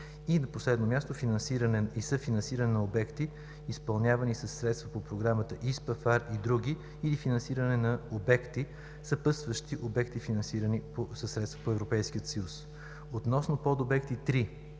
и на последно място, финансиране и съфинансиране на обекти, изпълнявани със средства по програмата ИСПА, ФАР и други или финансиране на обекти, съпътстващи обекти, финансирани със средства от Европейския съюз. Относно подобект 3